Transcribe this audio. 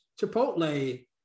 Chipotle